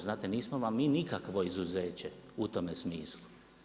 Znate nismo vam mi nikakvo izuzeće u tome smislu.